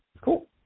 cool